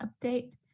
update